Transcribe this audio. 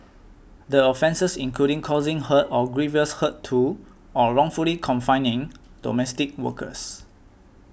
the offences included causing hurt or grievous hurt to or wrongfully confining domestic workers